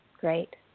Great